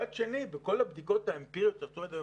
מצד שני, בכל הבדיקות האמפיריות שעשו בארץ,